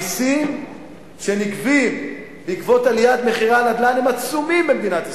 המסים שנגבים בעקבות עליית מחירי הנדל"ן הם עצומים במדינת ישראל.